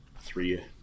three